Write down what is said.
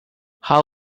how